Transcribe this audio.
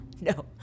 no